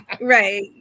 Right